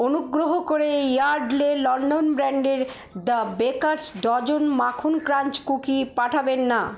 অনুগ্রহ করে Yardley London ব্র্যান্ডের দ্য বেকারস ডজন মাখন ক্রাঞ্চ কুকি পাঠাবেন না